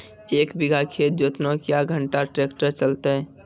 एक बीघा खेत जोतना क्या घंटा ट्रैक्टर चलते?